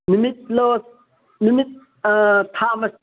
ꯅꯨꯃꯤꯠꯂꯣ ꯅꯨꯃꯤꯠ ꯊꯥ ꯃꯁꯤꯡ